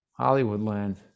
Hollywoodland